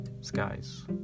skies